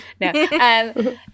No